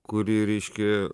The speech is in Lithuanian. kuri reiškia